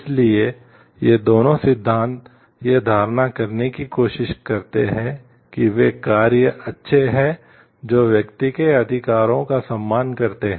इसलिए ये दोनों सिद्धांत यह धारण करने की कोशिश करते हैं कि वे कार्य अच्छे हैं जो व्यक्ति के अधिकारों का सम्मान करते हैं